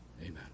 Amen